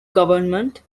government